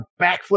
backflip